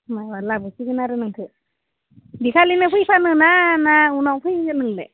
माबा लाबोसिगोन आरो नोंखो बेखालिनो फैखानोना ना उनाव फैगोन नोंलाय